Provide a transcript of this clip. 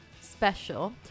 special